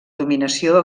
dominació